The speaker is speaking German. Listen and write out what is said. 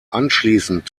anschließend